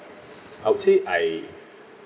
I would say I